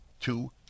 two